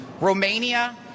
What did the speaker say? Romania